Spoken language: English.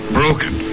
broken